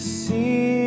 see